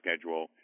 schedule